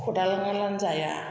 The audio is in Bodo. खदाल नङाब्लानो जाया